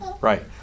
right